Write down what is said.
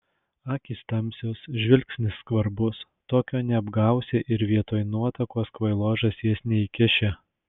akys tamsios žvilgsnis skvarbus tokio neapgausi ir vietoj nuotakos kvailos žąsies neįkiši